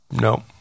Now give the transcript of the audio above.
no